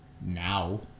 Now